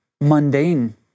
mundane